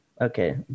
okay